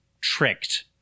tricked